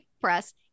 press